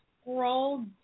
scroll